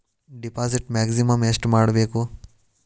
Deposit maximum ಎಷ್ಟು ಮಾಡಬೇಕು?